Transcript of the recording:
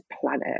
planet